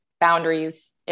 boundaries